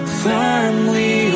firmly